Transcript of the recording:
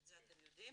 את זה אתם יודעים,